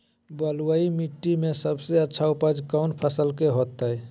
बलुई मिट्टी में सबसे अच्छा उपज कौन फसल के होतय?